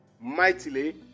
mightily